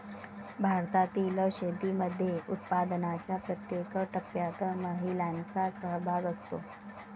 भारतातील शेतीमध्ये उत्पादनाच्या प्रत्येक टप्प्यात महिलांचा सहभाग असतो